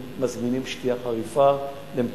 הם מזמינים שתייה חריפה למקומות.